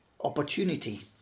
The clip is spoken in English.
opportunity